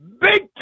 Big